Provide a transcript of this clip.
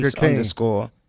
underscore